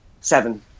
seven